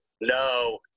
no